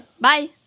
Bye